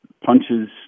punches